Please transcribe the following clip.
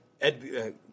Ed